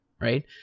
right